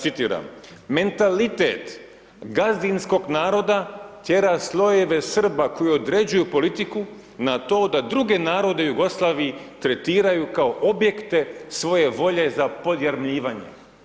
Citiram, mentalitet gazdinskog naroda tjera slojeve Srba koji određuju politiku na to da druge narode u Jugoslaviji tretiraju kao objekte svoje volje za podjarmljivanje.